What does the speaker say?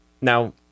Now